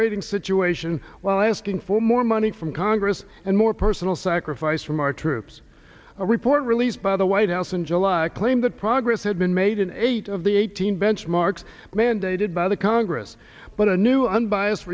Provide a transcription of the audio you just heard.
rating situation while asking for more money from congress and more personal sacrifice from our troops a report released by the white house in july claimed that progress had been made in eight of the eighteen benchmarks mandated by the congress but a new unbiased